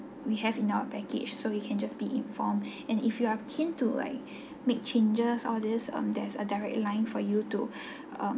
we have in our package so you can just be informed and if you are keen to like make changes all this um there's a direct line for you to um